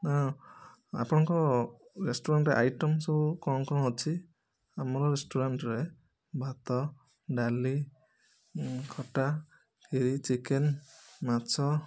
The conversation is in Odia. ହଁ ଆପଣଙ୍କ ରେଷ୍ଟୁରାଣ୍ଟ ଆଇଟମ୍ ସବୁ କ'ଣ କ'ଣ ଅଛି ଆମ ରେଷ୍ଟୁରାଣ୍ଟରେ ଭାତ ଡାଲି ଖଟା ଖିରି ଚିକେନ୍ ମାଛ